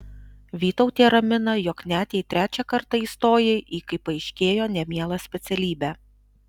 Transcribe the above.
vytautė ramina jog net jei trečią kartą įstojai į kaip paaiškėjo nemielą specialybę